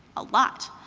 a lot,